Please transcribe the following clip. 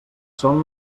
sol